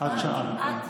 עד שעה.